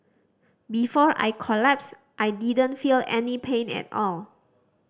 before I collapsed I didn't feel any pain at all